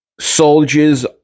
soldiers